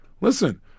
Listen